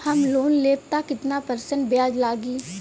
हम लोन लेब त कितना परसेंट ब्याज लागी?